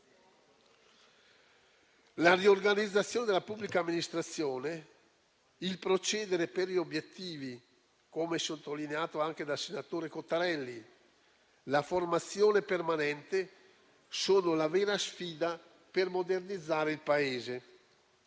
La riorganizzazione della pubblica amministrazione, il procedere per gli obiettivi - come sottolineato anche dal senatore Cottarelli - e la formazione permanente sono la vera sfida per modernizzare il Paese.